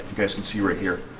guys can see right here.